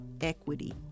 equity